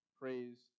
praise